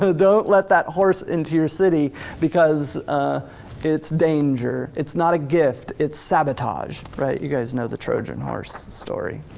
ah don't let that horse into your city because it's danger, it's not a gift, it's sabotage. right, you guys know the trojan horse story.